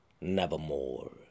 nevermore